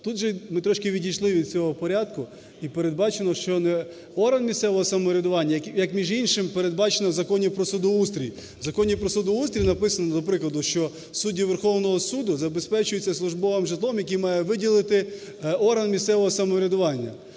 Тут же ми трошки відійшли від цього порядку і передбачили, що не орган місцевого самоврядування, як, між іншим, передбачено в Законі про судоустрій. В Законі про судоустрій написано, наприклад, що судді Верховного Суду забезпечуються службовим житлом, яке має виділити орган місцевого самоврядування.